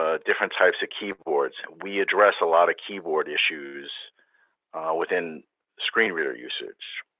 ah different types of keyboards. we address a lot of keyboard issues within screen reader usage.